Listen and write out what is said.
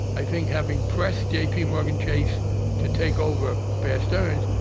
i think having pressed jpmorgan chase to take over bear stearns,